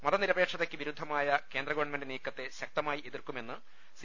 മതനിരപേക്ഷതയ്ക്ക് വിരുദ്ധമായ കേന്ദ്രഗവൺമെന്റ് നീക്കത്തെ ശക്തമായി എതിർക്കുമെന്ന് സി